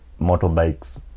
motorbikes